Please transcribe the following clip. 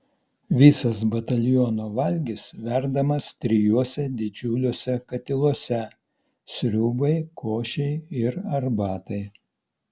visas bataliono valgis verdamas trijuose didžiuliuose katiluose sriubai košei ir arbatai